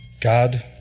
God